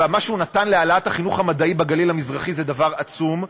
ומה שהוא נתן להעלאת החינוך המדעי בגליל המזרחי זה דבר עצום.